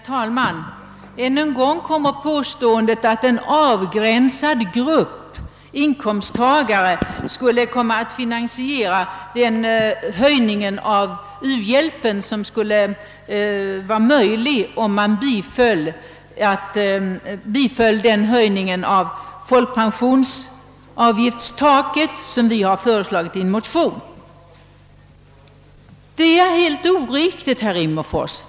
Herr talman! Än en gång kommer påståendet, att en avgränsad grupp inkomsttagare skulle komma att finansiera den förstärkning av u-hjälpen som blir möjlig om riksdagen bifaller det förslag till höjning av taket för folkpensionsavgiften, som vi framlagt i vår motion. Detta är helt oriktigt, herr Rimmerfors.